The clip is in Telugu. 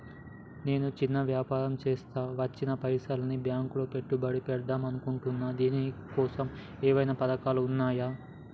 నేను చిన్న వ్యాపారం చేస్తా వచ్చిన పైసల్ని బ్యాంకులో పెట్టుబడి పెడదాం అనుకుంటున్నా దీనికోసం ఏమేం పథకాలు ఉన్నాయ్?